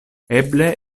eble